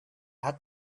hat